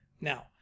Now